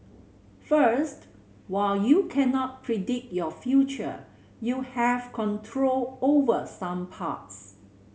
first while you cannot predict your future you have control over some parts